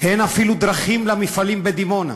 אין אפילו דרכים למפעלים בדימונה,